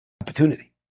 opportunity